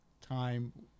time